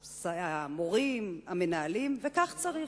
המורים, המנהלים וכך צריך.